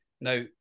Now